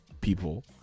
people